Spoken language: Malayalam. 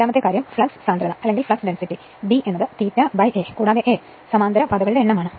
രണ്ടാമത്തെ കാര്യം ഫ്ലക്സ് സാന്ദ്രത b ∅ a കൂടാതെ A സമാന്തര പാതകളുടെ എണ്ണമാണ്